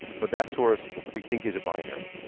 but that source we think is a binary.